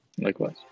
Likewise